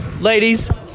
Ladies